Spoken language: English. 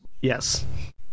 Yes